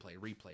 replay